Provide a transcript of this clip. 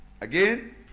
Again